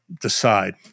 decide